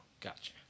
Gotcha